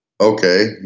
Okay